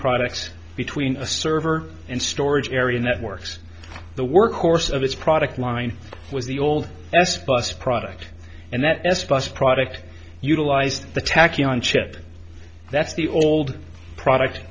products between a server and storage area networks the workhorse of its product line was the old s bus product and that s bus product utilized the tacking on chip that's the old product